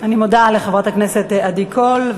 אני מודה לחברת הכנסת עדי קול,